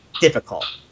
difficult